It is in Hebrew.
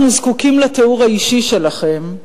אנחנו זקוקים לתיאור האישי שלכם.